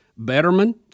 Betterman